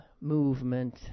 movement